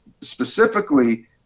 specifically